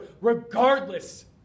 regardless